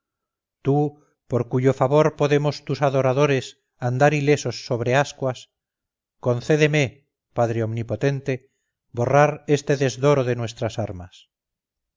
tú por cuyo favor podemos tus adoradores andar ilesos sobre ascuas concédeme padre omnipotente borrar este desdoro de nuestras armas